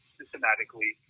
systematically